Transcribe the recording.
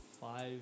Five